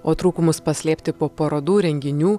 o trūkumus paslėpti po parodų renginių